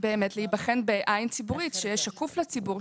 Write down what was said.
באמת להיבחן בעין ציבורית ששקוף לציבור,